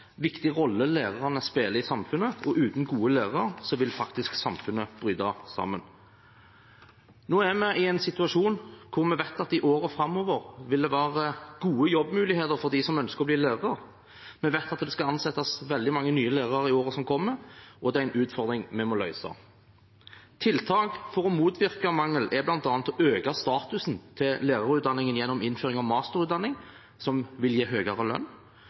viktig rolle lærerne spiller i samfunnet. Uten gode lærere vil faktisk samfunnet bryte sammen. Nå er vi i en situasjon hvor vi vet at i årene framover vil det være gode jobbmuligheter for dem som ønsker å bli lærere. Vi vet at det skal ansettes veldig mange nye lærere i årene som kommer, og det er en utfordring vi må løse. Tiltak for å motvirke mangelen er bl.a. å øke statusen til lærerutdanningen gjennom innføring av masterutdanning, som vil gi høyere lønn,